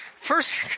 First